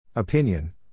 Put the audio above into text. Opinion